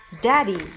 daddy